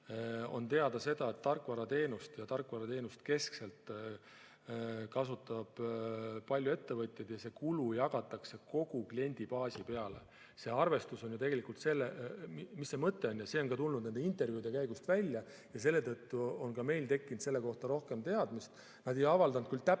on teada, et tarkvarateenust kasutab keskselt palju ettevõtjaid ja see kulu jagatakse kogu kliendibaasi peale. See arvestus on tegelikult selline, see see mõte on ja see on ka tulnud nende intervjuude käigus välja. Selle tõttu on ka meil tekkinud selle kohta rohkem teadmist. Nad ei avaldanud küll otseselt,